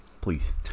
Please